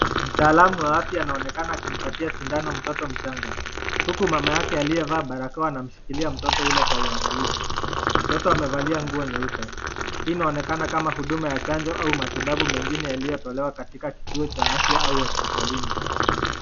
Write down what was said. Mtaalamu wa afya anaonekana akimpatia sindano mtoto mchanga, huku mama yake aliyevaa barakoa anamshikilia mtoto ule kwa uangalifu. Mtoto amevalia nguo nyeupe. Hii inaonekana kama huduma ya chanjo au matibabu mengine yaliyotolewa katika kituo cha afya au hospitalini.